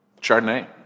Chardonnay